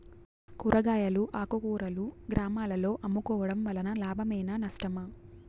కూరగాయలు ఆకుకూరలు గ్రామాలలో అమ్ముకోవడం వలన లాభమేనా నష్టమా?